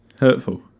Hurtful